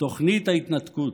"תוכנית ההתנתקות".